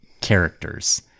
characters